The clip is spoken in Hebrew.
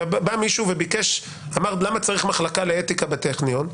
בא מישהו ואמר, למה צריך מחלקה לאתיקה בטכניון?